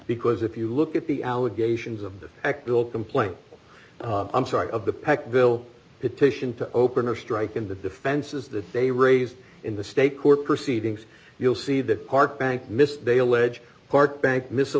because if you look at the allegations of the act bill complaint i'm sorry of the pac bill petition to open a strike and the defense is that they raised in the state court proceedings you'll see the park bank miss they allege part bank missile